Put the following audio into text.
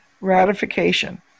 Ratification